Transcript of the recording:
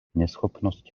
neschopnosť